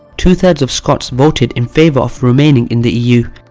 two-thirds of scots voted in favour of remaining in the eu.